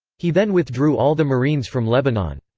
he then withdrew all the marines from lebanon.